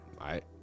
right